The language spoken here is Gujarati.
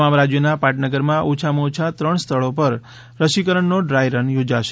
તમામ રાજ્યોના પાટનગરમાં ઓછામાં ઓછા ત્રણ સ્થળો પર રસીકરણનો ડ્રાય રન યોજાશે